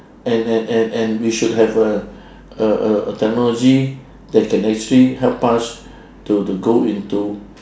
and and and and we should have a a a a technology that can actually help us to to go into